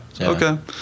Okay